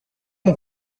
mon